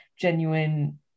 genuine